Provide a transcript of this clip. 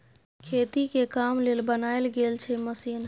खेती के काम लेल बनाएल गेल छै मशीन